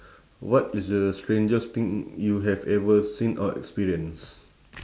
what is the strangest thing you have ever seen or experienced